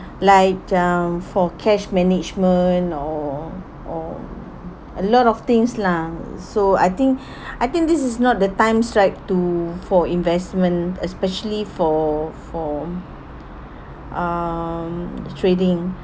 like um for cash management or or a lot of things lah uh so I think I think this is not the times right to for investment especially for for um trading